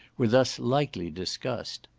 were thus lightly discussed.